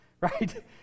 right